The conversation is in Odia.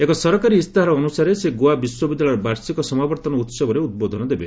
ଏକ ସରକାରୀ ଇସ୍ତାହାର ଅନୁସାରେ ସେ ଗୋଆ ବିଶ୍ୱବିଦ୍ୟାଳୟର ବାର୍ଷିକ ସମାବର୍ତ୍ତନ ଉହବରେ ଉଦ୍ବୋଧନ ଦେବେ